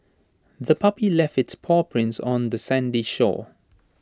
the puppy left its paw prints on the sandy shore